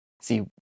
See